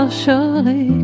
surely